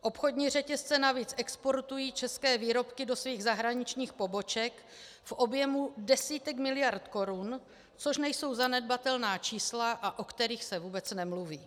Obchodní řetězce navíc exportují české výrobky do svých zahraničních poboček v objemu desítek miliard korun, což nejsou zanedbatelná čísla, a o kterých se vůbec nemluví.